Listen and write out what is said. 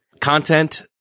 content